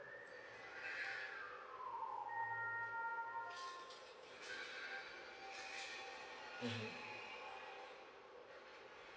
mm